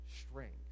strength